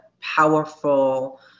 powerful